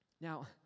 Now